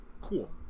Cool